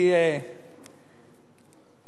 אני כבר מסיים.